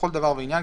לכל דבר ועניין,